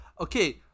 Okay